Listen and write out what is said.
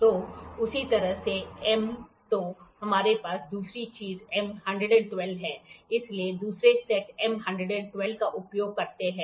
तो उसी तरह से M तो हमारे पास दूसरी चीज M 112 है इसलिए दूसरे सेट एम 112 का उपयोग करते हैं